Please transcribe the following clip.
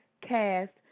cast